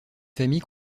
famille